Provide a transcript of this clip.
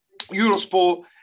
Eurosport